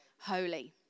holy